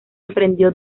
emprendió